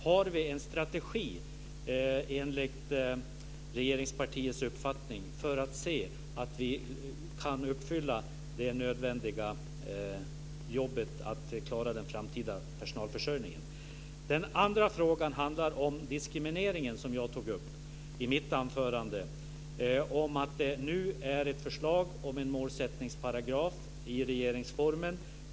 Har vi enligt regeringspartiets uppfattning en strategi för att klara den framtida personalförsörjningen? Den andra frågan handlar om den diskriminering som jag tog upp i mitt anförande. Nu finns det ett förslag om en målsättningsparagraf i regeringsformen.